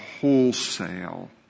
wholesale